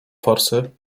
forsy